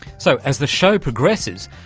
so as the show progresses,